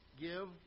give